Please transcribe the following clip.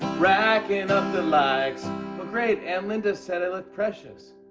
racking up the likes oh great, aunt linda said i look precious.